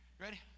Ready